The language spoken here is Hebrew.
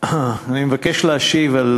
אבל הוא באמת הדוגמה לתעשיין הישראלי,